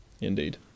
Indeed